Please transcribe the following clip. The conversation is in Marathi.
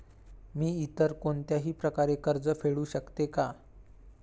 मी इतर कोणत्याही प्रकारे कर्ज फेडू शकते का?